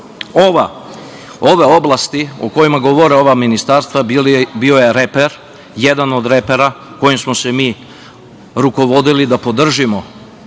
ove oblasti, o kojima govore ova ministarstva, bio je reper, jedan od repera, kojim smo se mi rukovodili da podržimo